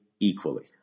equally